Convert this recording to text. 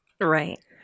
Right